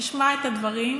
ישמע את הדברים,